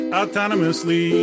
autonomously